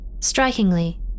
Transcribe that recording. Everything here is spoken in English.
Strikingly